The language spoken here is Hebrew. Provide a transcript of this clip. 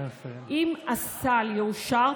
אם הסל יאושר,